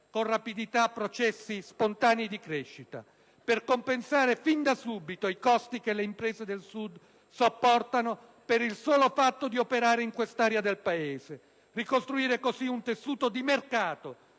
con rapidità processi spontanei di crescita, per compensare fin da subito i costi che le imprese del Sud sopportano per il solo fatto di operare in quest'area del Paese, e ricostruire così un tessuto di mercato